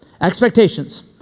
expectations